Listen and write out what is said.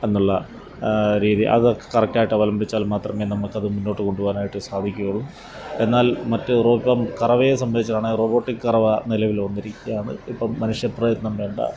എന്നുള്ള രീതി അത് കറക്റ്റ് ആയിട്ട് അവലംബിപ്പിച്ചാൽ മാത്രമേ നമ്മൾക്ക് അത് മുന്നോട്ട് കൊണ്ടുപോകാനായിട്ട് സാധിക്കുകയുള്ളു എന്നാൽ മറ്റ് ഇപ്പം കറവയെ സംബന്ധിച്ചാണ് റോബോട്ടിക്ക് കറവ നിലവിൽ വന്നിരിക്കുകയാണ് ഇപ്പം മനുഷ്യ പ്രയത്നം വേണ്ട